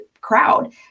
crowd